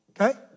okay